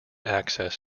access